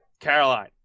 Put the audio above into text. Caroline